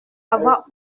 avoir